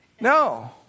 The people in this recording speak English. No